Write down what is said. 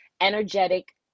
energetic